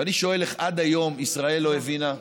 ואני שואל איך עד היום ישראל לא הבינה,